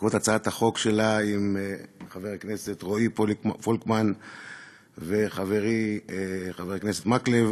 בעקבות הצעת החוק שלה ושל חבר הכנסת רועי פולקמן וחברי חבר הכנסת מקלב